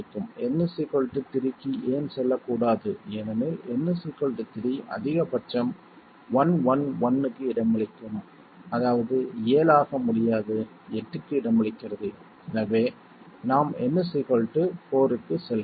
n 3 க்கு ஏன் செல்லக்கூடாது ஏனெனில் n 3 அதிகபட்சம் 111 க்கு இடமளிக்கும் அதாவது 7 ஆக முடியாது 8 க்கு இடமளிக்கிறது எனவே நாம் n 4 க்கு செல்கிறோம்